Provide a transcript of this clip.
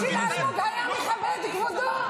הדיבור של אלמוג היה מכבד, כבודו?